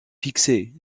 fixé